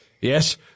yes